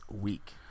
week